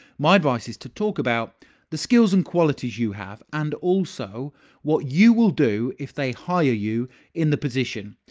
my advice is to talk about the skills and qualities you have and also what you will do if they hire you in the position.